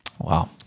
Wow